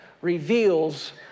reveals